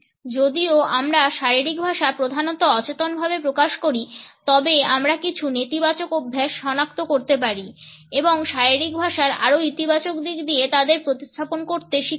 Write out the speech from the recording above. যদিও আমরা শারীরিক ভাষা প্রধানত অচেতন ভাবে প্রকাশ করি তবে আমরা কিছু নেতিবাচক অভ্যাস সনাক্ত করতে পারি এবং শারীরিক ভাষার আরও ইতিবাচক দিক দিয়ে তাদের প্রতিস্থাপন করতে শিখতে পারি